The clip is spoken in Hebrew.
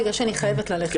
כיוון שאני חייבת ללכת,